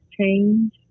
change